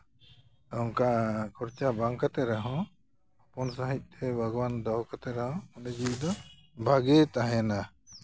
ᱚᱱᱠᱟ ᱠᱷᱚᱨᱪᱟ ᱵᱟᱝ ᱠᱟᱛᱮ ᱨᱮᱦᱚᱸ ᱦᱚᱯᱚᱱ ᱥᱟᱺᱦᱤᱡᱛᱮ ᱵᱟᱜᱽᱣᱟᱱ ᱫᱚᱦᱚ ᱠᱟᱛᱮ ᱨᱮᱦᱚᱸ ᱢᱚᱱᱮ ᱡᱤᱣᱤ ᱫᱚ ᱵᱷᱟᱜᱮ ᱛᱟᱦᱮᱱᱟ